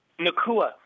Nakua